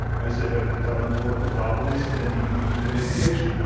i say i have to tell him what the problem is and then he can give me the medication.